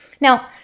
Now